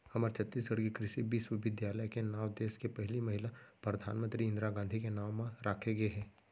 हमर छत्तीसगढ़ के कृषि बिस्वबिद्यालय के नांव देस के पहिली महिला परधानमंतरी इंदिरा गांधी के नांव म राखे गे हे